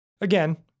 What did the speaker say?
again